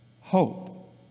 hope